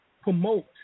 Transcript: promote